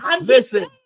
listen